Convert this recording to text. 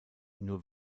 nur